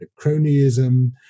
cronyism